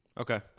Okay